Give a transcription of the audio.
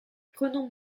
prenons